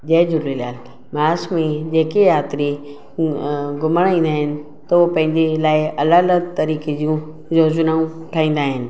जय झूलेलाल मार्च में जेके यात्री घुमण ईंदा आहिनि त हू पंहिंजे लाइ अलॻि अलॻि तरीक़े जूं योजनाऊं ठाहींदा आहिनि